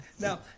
Now